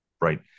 Right